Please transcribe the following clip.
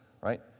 right